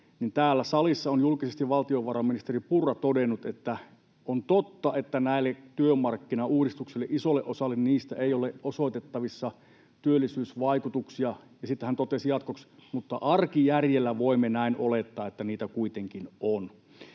täällä salissa on julkisesti valtiovarainministeri Purra todennut, että on totta, että näille työmarkkinauudistuksille, isolle osalle niistä, ei ole osoitettavissa työllisyysvaikutuksia, ja sitten hän totesi jatkoksi, että arkijärjellä voimme olettaa, että niitä kuitenkin on.